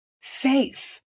faith